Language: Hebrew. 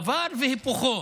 דבר והיפוכו,